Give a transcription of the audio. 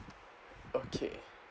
okay